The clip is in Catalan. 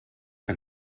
que